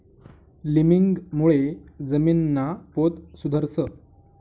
लिमिंगमुळे जमीनना पोत सुधरस